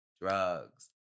drugs